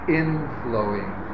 inflowing